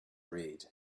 read